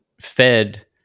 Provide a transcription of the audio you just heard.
fed